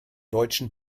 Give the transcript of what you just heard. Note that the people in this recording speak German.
deutschen